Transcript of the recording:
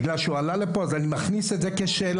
בגלל שהוא עלה לפה אני מכניס את זה כשאלה,